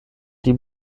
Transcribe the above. die